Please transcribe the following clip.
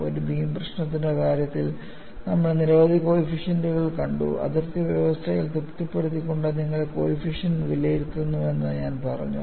ഒരു ബീം പ്രശ്നത്തിന്റെ കാര്യത്തിൽ നമ്മൾ നിരവധി കോയിഫിഷ്ൻറെ കണ്ടു അതിർത്തി വ്യവസ്ഥകൾ തൃപ്തിപ്പെടുത്തിക്കൊണ്ട് നിങ്ങൾ കോയിഫിഷ്ൻറെ വിലയിരുത്തുന്നുവെന്ന് ഞാൻ പറഞ്ഞു